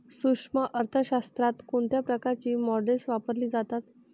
सूक्ष्म अर्थशास्त्रात कोणत्या प्रकारची मॉडेल्स वापरली जातात?